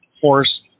force